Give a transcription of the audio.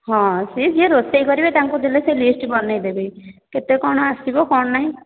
ହଁ ସିଏ ଯିଏ ରୋଷେଇ କରିବେ ତାଙ୍କୁ ଦେଲେ ସେ ଲିଷ୍ଟ ବନାଇଦେବେ କେତେ କ'ଣ ଆସିବ କ'ଣ ନାଇଁ